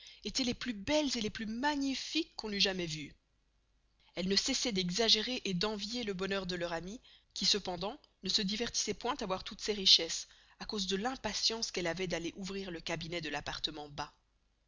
estoient les plus belles et les plus magnifiques qu'on eut jamais veuës elles ne cessoient d'exagerer et d'envier le bon heur de leur amie qui cependant ne se divertissoit point à voir toutes ces richesses à cause de l'impatience qu'elle avoit d'aller ouvrir le cabinet de l'appartement